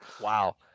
Wow